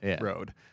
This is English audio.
road